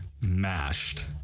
mashed